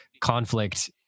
conflict